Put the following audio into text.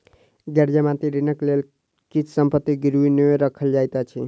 गैर जमानती ऋणक लेल किछ संपत्ति गिरवी नै राखल जाइत अछि